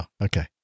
okay